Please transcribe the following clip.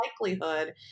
likelihood